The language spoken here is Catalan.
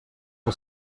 que